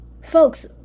folks